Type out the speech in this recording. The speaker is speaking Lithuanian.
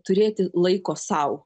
turėti laiko sau